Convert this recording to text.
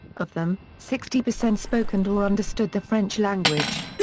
of them, sixty percent spoke and or understood the french language.